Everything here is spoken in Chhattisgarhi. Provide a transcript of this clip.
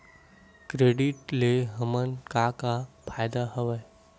क्रेडिट ले हमन का का फ़ायदा हवय?